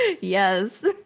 Yes